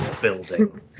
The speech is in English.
building